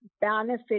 benefit